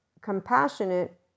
compassionate